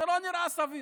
זה לא נראה סביר,